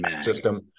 system